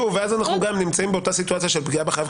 ואז אנחנו גם נמצאים באותה סיטואציה של פגיעה בחייב.